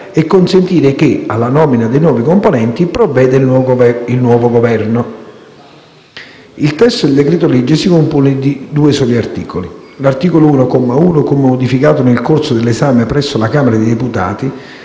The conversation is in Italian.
a consentire che, alla nomina dei nuovi componenti, provveda il nuovo Governo. Il testo del decreto-legge si compone di due soli articoli. L'articolo 1, al comma 1, come modificato nel corso dell'esame presso la Camera dei deputati,